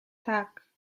tak